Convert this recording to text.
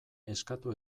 eskatu